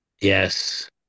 yes